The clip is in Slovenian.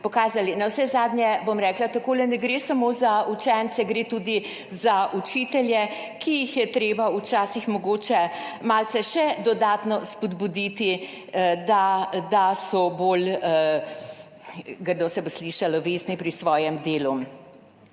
Navsezadnje bom rekla tako – ne gre samo za učence, gre tudi za učitelje, ki jih je treba včasih mogoče malce še dodatno spodbuditi, da so bolj, grdo se bo slišalo, vestni pri svojem delu.